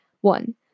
One